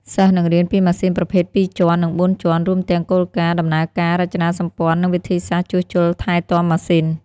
សិស្សនឹងរៀនពីម៉ាស៊ីនប្រភេទពីរជាន់ និងបួនជាន់ រួមទាំងគោលការណ៍ដំណើរការ រចនាសម្ព័ន្ធ និងវិធីសាស្រ្តជួសជុលថែទាំម៉ាស៊ីន។